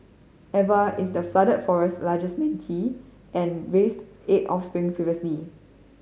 Eva is the Flooded Forest largest manatee and raised eight offspring previously